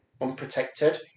unprotected